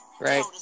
right